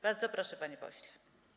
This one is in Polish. Bardzo proszę, panie pośle.